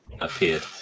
appeared